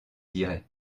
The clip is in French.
dirais